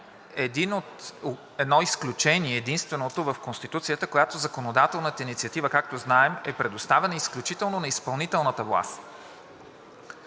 едно изключение, единственото, в Конституцията, в която законодателната инициатива, както знаем, е предоставена изключително на изпълнителната власт.